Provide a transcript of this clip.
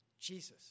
Jesus